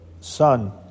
son